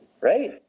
Right